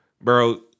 bro